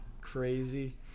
crazy